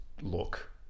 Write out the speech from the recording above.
look